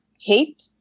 hate